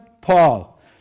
Paul